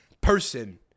person